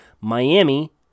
Miami